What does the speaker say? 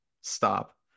stop